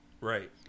Right